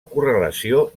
correlació